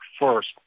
first